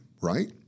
right